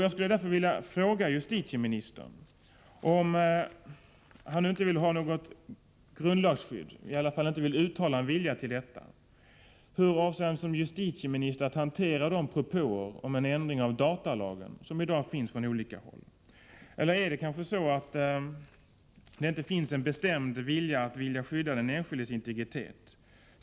Jag skulle därför vilja fråga justitieministern, om han nu inte vill ha något grundlagsskydd eller åtminstone inte vill utala en sådan vilja, hur han avser att som justitieminister hantera de propåer om ändring av datalagen som i dag kommer från olika håll. Eller är det kanske så att det inte finns någon bestämd vilja att skydda den enskildes integritet?